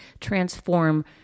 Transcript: transform